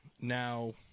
now